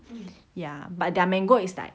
ya but their mango is like